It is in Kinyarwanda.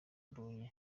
mbonyi